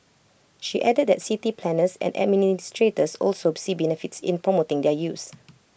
she added that city planners and administrators also see benefits in promoting their use